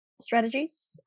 strategies